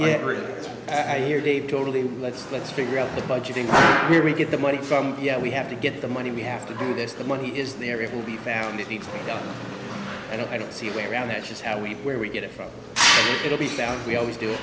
really i hear they've totally let's let's figure out the budgeting here we get the money from yeah we have to get the money we have to do this the money is there it will be found and i don't see a way around that is how we where we get it from it'll be found we always do it